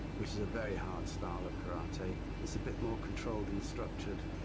which is a very hard style of karate. it's a bit more controlled and structured.